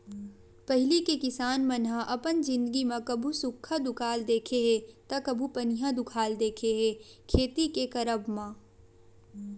पहिली के किसान मन ह अपन जिनगी म कभू सुक्खा दुकाल देखे हे ता कभू पनिहा दुकाल देखे हे खेती के करब म